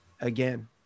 Again